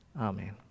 Amen